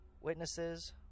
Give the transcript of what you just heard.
Witnesses